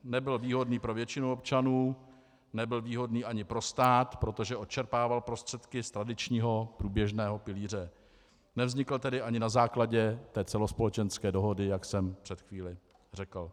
Nebyl výhodný pro většinu občanů, nebyl výhodný ani pro stát, protože odčerpával prostředky z tradičního průběžného pilíře, nevznikl tedy ani na základě celospolečenské dohody, jak jsem před chvílí řekl.